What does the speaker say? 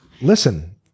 Listen